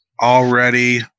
already